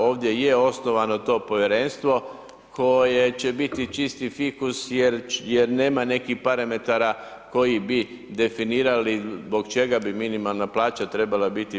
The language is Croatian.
Ovdje je osnovano to povjerenstvo koje će biti čisti fikus jer nema nekih parametara koji bi definirali zbog čega bi minimalna plaća trebala biti 50%